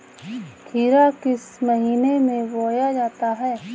खीरा किस महीने में बोया जाता है?